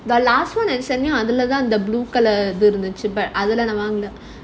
the last [one] I sent you அதுலதான்:adhulathaan the blue colour இருந்துச்சு:irunthuchu among the